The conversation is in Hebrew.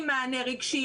עם מענה רגשי,